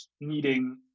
needing